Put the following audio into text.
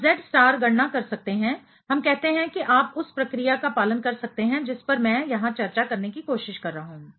हम Z star गणना कर सकते हैं हम कहते हैं कि आप उस प्रक्रिया का पालन कर सकते हैं जिस पर मैं यहां चर्चा करने की कोशिश कर रहा हूं